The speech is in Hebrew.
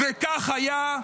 וכך היה,